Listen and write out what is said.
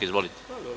Izvolite.